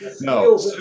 No